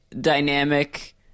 dynamic